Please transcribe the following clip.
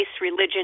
religion